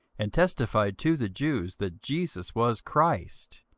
and testified to the jews that jesus was christ.